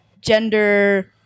gender